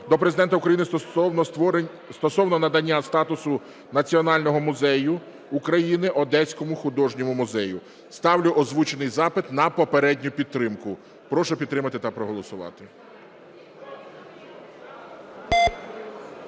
до Президента України стосовно надання статусу національного музею України Одеському художньому музею. Ставлю озвучений запит на попередню підтримку. Прошу підтримати та проголосувати.